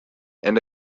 and